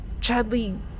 Chadley